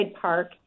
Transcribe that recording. Park